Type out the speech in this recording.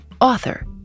Author